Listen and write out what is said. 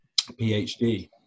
PhD